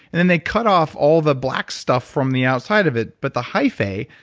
and and they cut off all the black stuff from the outside of it but the hyphae,